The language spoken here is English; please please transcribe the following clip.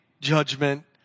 judgment